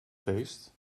feest